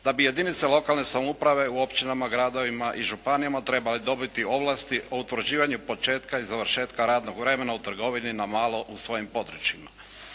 Da bi jedinice lokalne samouprave u općinama, gradovima i županijama trebale dobiti ovlasti o utvrđivanju početka i završetka radnog vremena u trgovini na malo u svojim područjima.